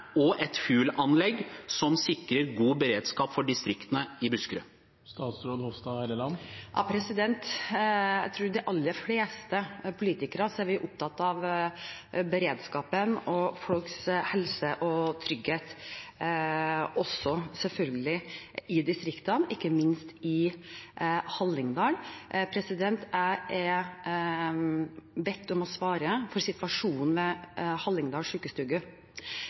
og et fuelanlegg som sikrer god beredskap for distriktene i Buskerud? Jeg tror de aller fleste politikere er opptatt av beredskapen og folks helse og trygghet, også i distriktene selvfølgelig, ikke minst i Hallingdal. Jeg er bedt om å svare for situasjonen ved Hallingdal sjukestugu.